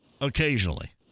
occasionally